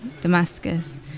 Damascus